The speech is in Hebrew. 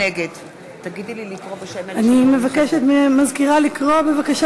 נגד אני מבקשת מהמזכירה לקרוא בבקשה